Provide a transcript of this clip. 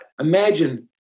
Imagine